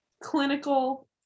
clinical